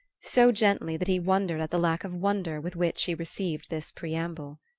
so gently that he wondered at the lack of wonder with which she received this preamble.